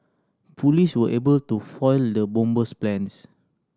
police were able to foil the bomber's plans